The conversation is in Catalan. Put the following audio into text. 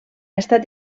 estat